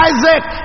Isaac